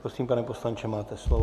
Prosím, pane poslanče, máte slovo.